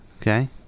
Okay